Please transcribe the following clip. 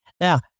Now